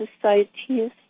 societies